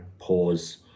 pause